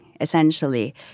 essentially